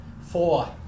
Four